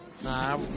Nah